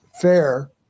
fair